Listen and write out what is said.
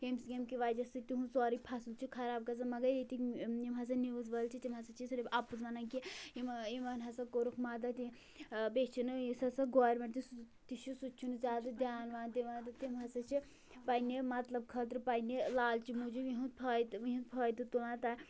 ییٚمہِ ییٚمہِ کہِ وجہ سۭتۍ تِہُنٛد سورُے فصٕل چھُ خراب گژھان مگر ییٚتِکۍ یِم ہسا نِوٕز وٲلۍ چھِ تِم ہسا چھِ صرف اَپُز وَنان کہِ یِمہٕ یِمن ہسا کوٚرُکھ مدد یہِ ٲں بیٚیہِ چھُنہٕ یُس ہسا گورمیٚنٛٹ سُہ تہِ چھُ سُہ تہِ چھُنہٕ زیادٕ دھیٛان ویٛان دِوان تہٕ تِم ہسا چھِ پَننہِ مطلب خٲطرٕ پَننہِ لالچہِ موٗجوٗب یِہُنٛد فٲیدٕ یِہُنٛد فٲیدٕ تُلان